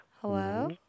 Hello